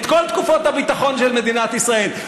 את כל תקופות הביטחון של מדינת ישראל.